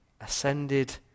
ascended